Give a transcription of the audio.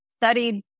studied